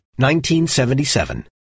1977